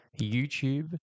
YouTube